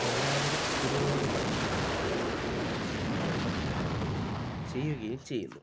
എല്ലാവരും കുരുമുളക് പറിച്ചു വിൽക്കുവാൻ നിർബന്ധിതരാകുകയും ചെയ്യുകയും ചെയ്യുന്നു